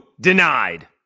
denied